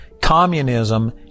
communism